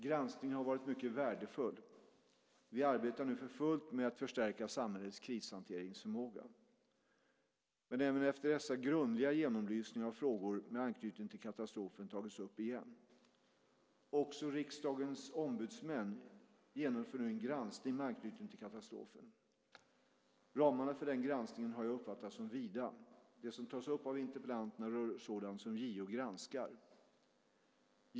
Granskningen har varit mycket värdefull. Vi arbetar nu för fullt med att förstärka samhällets krishanteringsförmåga. Men även efter dessa grundliga genomlysningar har frågor med anknytning till katastrofen tagits upp igen. Också Riksdagens ombudsmän genomför nu en granskning med anknytning till katastrofen. Ramarna för den granskningen har jag uppfattat som vida. Det som tas upp av interpellanterna rör sådant som JO granskar.